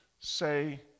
say